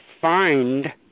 find